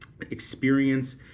experience